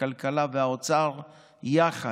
הכלכלה והאוצר יחד,